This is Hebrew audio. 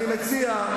אני מציע,